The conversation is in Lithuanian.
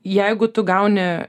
jeigu tu gauni